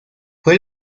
fue